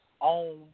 Own